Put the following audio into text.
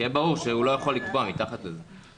שיהיה ברור הוא לא יכול לקבוע מתחת לזה.